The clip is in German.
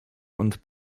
und